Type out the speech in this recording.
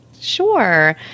Sure